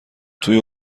توی